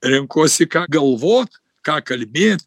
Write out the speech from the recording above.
renkuosi ką galvot ką kalbėt